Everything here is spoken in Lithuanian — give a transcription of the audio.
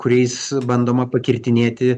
kuriais bandoma pakirtinėti